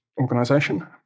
organization